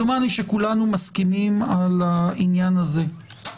דומני שכולנו מסכימים על העניין הזה.